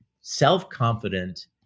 self-confident